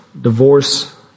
divorce